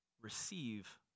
receive